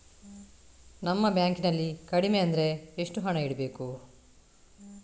ನಮ್ಮ ಬ್ಯಾಂಕ್ ನಲ್ಲಿ ಕಡಿಮೆ ಅಂದ್ರೆ ಎಷ್ಟು ಹಣ ಇಡಬೇಕು?